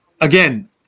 Again